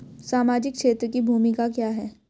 सामाजिक क्षेत्र की भूमिका क्या है?